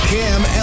Cam